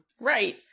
right